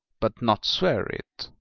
but not swear it.